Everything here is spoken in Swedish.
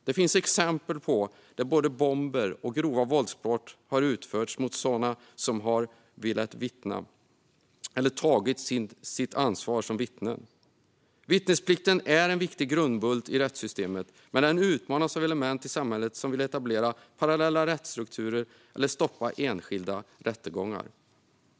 Det finns exempel där både bomber och grova våldsbrott har riktats mot sådana som har velat vittna eller tagit sitt ansvar som vittnen. Vittnesplikten är en viktig grundbult i rättssystemet, men den utmanas av element i samhället som vill etablera parallella rättsstrukturer eller stoppa enskilda rättegångar.